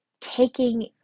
taking